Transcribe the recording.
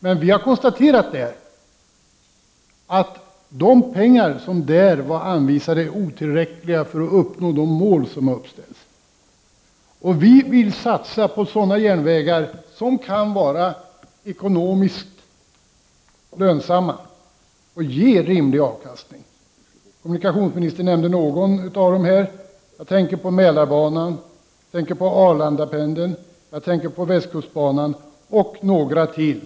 Men vi har i folkpartiet konstaterat att de pengar som där anvisades är otillräckliga för att man skall kunna uppnå de mål som har ställts upp. Vi vill satsa på sådana järnvägar som kan vara ekonomiskt lönsamma och ge rimlig avkastning. Kommunikationsministern nämnde någon av dessa, man kan även nämna Mälarbanan, Arlandapendeln, västkustbanan och några till.